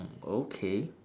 mm okay